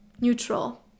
neutral